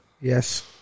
Yes